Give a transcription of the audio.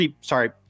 sorry